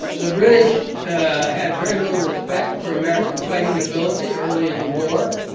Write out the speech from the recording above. the british had very little respect for american fighting ability early in the war.